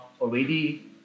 already